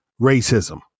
Racism